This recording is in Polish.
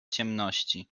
ciemności